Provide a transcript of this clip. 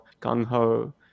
Gung-Ho